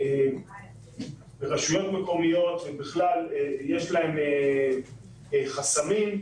לרשויות מקומיות יש חסמים,